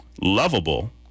Lovable